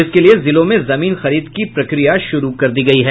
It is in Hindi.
इसके लिए जिलों में जमीन खरीद की प्रक्रिया शुरू कर दी गयी है